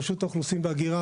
רשות האוכלוסין וההגירה,